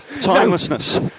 Timelessness